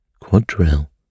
Quadrille